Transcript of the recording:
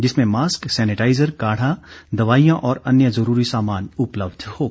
जिसमें mask sanitizer काढ़ा दवाईयां और अन्य जरूरी सामान उपलब्ध होगा